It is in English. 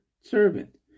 servant